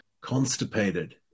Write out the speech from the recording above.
constipated